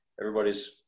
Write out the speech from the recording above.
everybody's